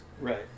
Right